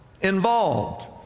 involved